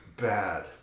bad